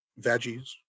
Veggies